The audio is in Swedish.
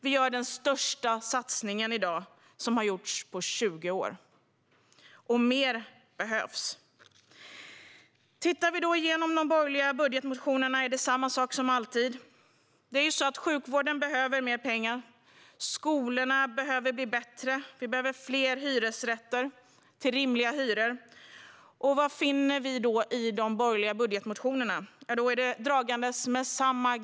Vi gör den största satsningen på 20 år, men mer behövs. I de borgerliga budgetmotionerna är det samma visa som alltid. När sjukvården behöver mer pengar, skolorna behöver bli bättre och det behövs fler hyresrätter med rimliga hyror vill de borgerliga ha 30 miljarder i skattesänkningar.